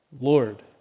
Lord